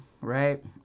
right